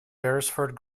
beresford